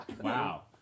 Wow